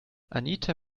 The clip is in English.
anita